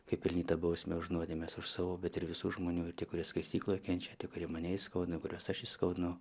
kaip pelnytą bausmę už nuodėmes už savo bet ir visų žmonių kurie skaistykloje kenčia tie kurie mane įskaudino kuriuos aš įskaudinau